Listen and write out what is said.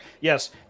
Yes